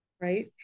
right